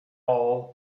all